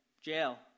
Jail